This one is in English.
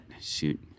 Shoot